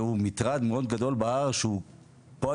והוא מטרד מאוד גדול בהר שהוא פועל